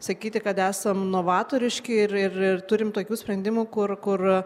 sakyti kad esam novatoriški ir ir ir turim tokių sprendimų kur kur